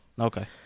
Okay